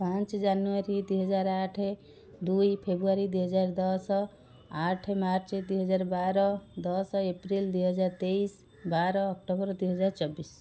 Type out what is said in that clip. ପାଞ୍ଚ ଜାନୁୟାରୀ ଦୁଇ ହଜାର ଆଠ ଦୁଇ ଫେବୃୟାରୀ ଦୁଇ ହଜାର ଦଶ ଆଠ ମାର୍ଚ୍ଚ ଦୁଇ ହଜାର ବାର ଦଶ ଏପ୍ରିଲ ଦୁଇ ହଜାର ତେଇଶ ବାର ଅକ୍ଟୋବର ଦୁଇ ହଜାର ଚବିଶ